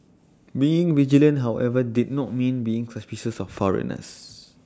being vigilant however did not mean being suspicious of foreigners